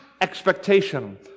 Expectation